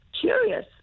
curious